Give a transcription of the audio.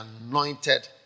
anointed